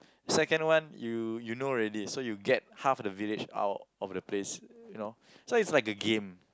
second one you you know already so you get half the village out of the place you know so it's like a game